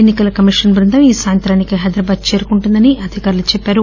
ఎన్ని కల సంఘం బృందం ఈ సాయంత్రానికి హైదరాబాద్ చేరుకుంటుందని అధికారులు తెలిపారు